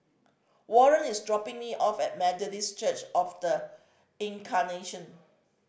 Warren is dropping me off at Methodist Church Of The Incarnation